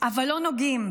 אבל לא נוגעים.